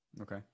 okay